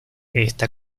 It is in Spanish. esta